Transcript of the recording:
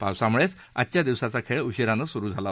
पावसामुळेच आजच्या दिवसाचा खेळ उशीरानं सुरु झाला